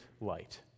light